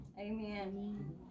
Amen